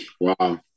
Wow